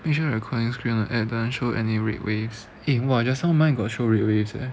make sure recording screen doesn't show any red waves eh !wah! just now mine got show red waves eh